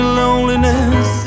loneliness